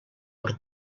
per